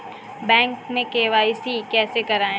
Bank में KYC कैसे करायें?